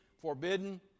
forbidden